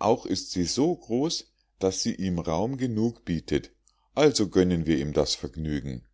auch ist sie so groß daß sie ihm raum genug bietet also gönnen wir ihm das vergnügen